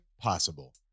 possible